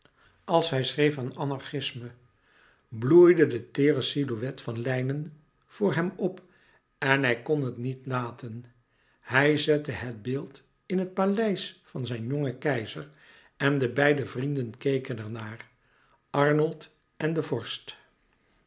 als hij schreef aan anarchisme bloeide de teêre silhouet van lijnen voor hem op en hij kon het niet laten hij zette het beeld in het paleis van zijn jongen keizer en de beide vrienden keken er naar arnold en de vorst